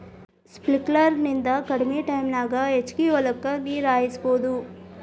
sprinkler ನಿಂದ ಕಡಮಿ ಟೈಮನ್ಯಾಗ ಹೆಚಗಿ ಹೊಲಕ್ಕ ನೇರ ಹಾಸಬಹುದು